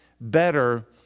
better